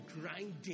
grinding